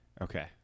okay